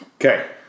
Okay